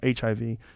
HIV